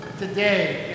Today